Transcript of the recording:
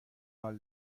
حال